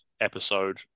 episode